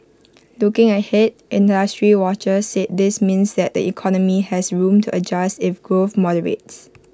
looking ahead industry watchers said this means that the economy has room to adjust if growth moderates